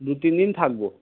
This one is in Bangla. দু তিন দিন থাকবো